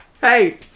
hey